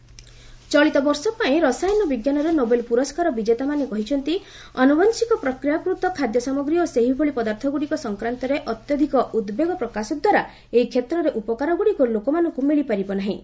Nobel chemistry ଚଳିତବର୍ଷ ପାଇଁ ରସାୟନ ବିଜ୍ଞାନରେ ନୋବୋଲ ପୁରସ୍କାର ବିଜେତାମାନେ କହିଛନ୍ତି ଅନ୍ତବଂଶିକ ପ୍ରକ୍ୟାକୃତ ଖାଦ୍ୟ ସାମଗୀ ଓ ସେହିଭଳି ପଦାର୍ଥଗୁଡିକ ସଂକ୍ରାନ୍ତରେ ଅତ୍ୟଧିକ ଉଦ୍ବେଗ ପ୍ରକାଶ ଦ୍ୱାରା ଏହି କ୍ଷେତ୍ରରେ ଉପକାରଗୁଡିକ ଲୋକମାନଙ୍କୁ ମିଳିପାରିବ ନାହିଁ